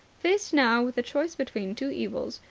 faced now with a choice between two evils,